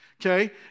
okay